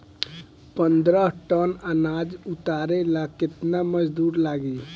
पन्द्रह टन अनाज उतारे ला केतना मजदूर लागी?